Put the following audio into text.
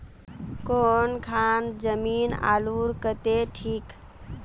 कौन खान जमीन आलूर केते ठिक?